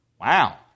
Wow